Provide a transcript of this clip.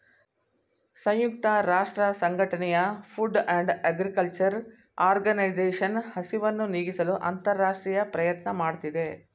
ಸಂಯುಕ್ತ ರಾಷ್ಟ್ರಸಂಘಟನೆಯ food and agriculture organisation ಹಸಿವನ್ನು ನೀಗಿಸಲು ಅಂತರರಾಷ್ಟ್ರೀಯ ಪ್ರಯತ್ನ ಮಾಡ್ತಿದೆ